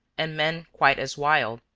and men quite as wild,